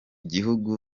gihugu